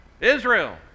Israel